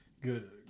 good